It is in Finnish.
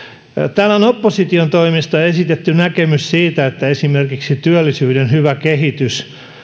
täällä on opposition toimesta esitetty näkemys siitä että esimerkiksi työllisyyden hyvä kehitys